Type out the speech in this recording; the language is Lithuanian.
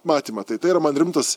matymą tai tai yra man rimtas